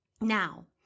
Now